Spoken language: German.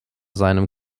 seinem